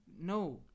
no